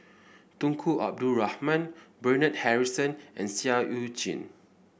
Tunku Abdul Rahman Bernard Harrison and Seah Eu Chin